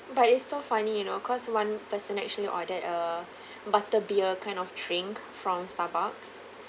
but it's so funny you know cause one person actually ordered a butter beer kind of drink from Starbucks